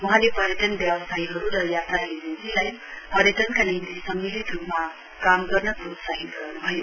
वहाँले पर्यटन व्यावसायीहरू र यात्रा एजेन्सीहरूसित पर्यटनका निम्ति सम्मिलित रूपमा काम गर्न प्रोत्साहित गर्न्भयो